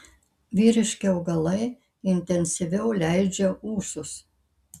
vyriški augalai intensyviau leidžia ūsus